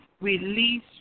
Release